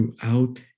throughout